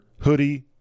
Hoodie